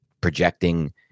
projecting